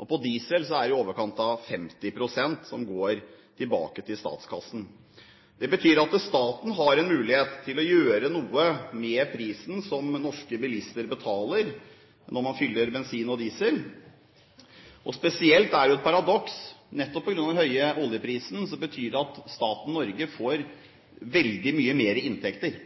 For diesel er det i overkant av 50 pst. som går tilbake til statskassen. Det betyr at staten har en mulighet til å gjøre noe med prisen som norske bilister betaler når man fyller bensin og diesel. Spesielt er det jo et paradoks at nettopp på grunn av den høye oljeprisen